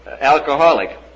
alcoholic